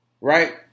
right